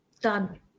done